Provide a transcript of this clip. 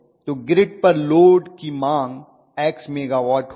तो ग्रिड पर लोड की मांग X मेगावट होगी